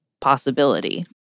possibility